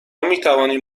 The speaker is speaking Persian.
میتوانیم